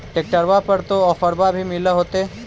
ट्रैक्टरबा पर तो ओफ्फरबा भी मिल होतै?